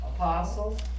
Apostles